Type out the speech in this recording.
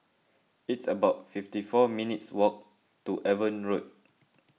it's about fifty four minutes' walk to Avon Road